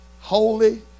holy